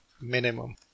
minimum